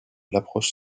l’approche